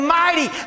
mighty